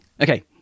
okay